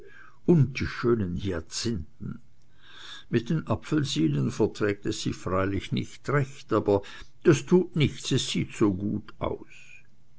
und die schönen hyazinthen mit den apfelsinen verträgt es sich freilich nicht recht aber das tut nichts es sieht so gut aus